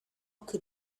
could